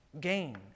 gain